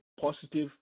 positive